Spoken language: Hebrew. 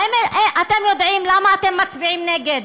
האם אתם יודעים למה אתם מצביעים נגד?